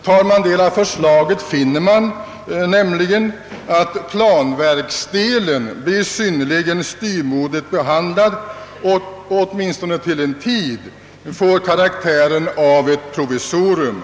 Tar man del av förslaget finner man nämligen att planverksdelen blir synnerligen styvmoderligt behandlad och åtminstone till en tid får karaktär av ett provisorium.